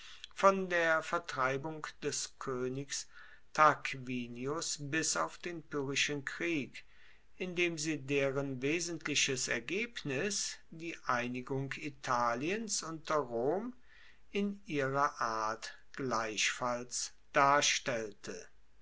von der vertreibung des koenigs tarquinius bis auf den pyrrhischen krieg indem sie deren wesentliches ergebnis die einigung italiens unter rom in ihrer art gleichfalls darstellte